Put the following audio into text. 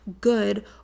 good